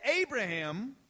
Abraham